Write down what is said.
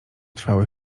trwały